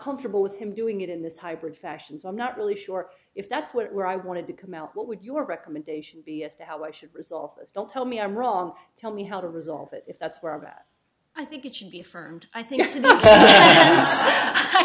comfortable with him doing it in this hybrid fashion's i'm not really sure if that's where i wanted to come out what would your recommendation be as to how i should resolve this don't tell me i'm wrong tell me how to resolve it if that's where about i think it should be firmed i think